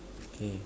okay